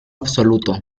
absoluto